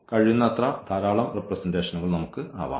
കഴിയുന്നത്ര ധാരാളം റെപ്രെസെന്റഷനുകൾ നമുക്ക് ആവാം